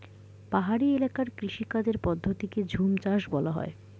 পাহাড়ি এলাকার কৃষিকাজের পদ্ধতিকে ঝুমচাষ বলা হয়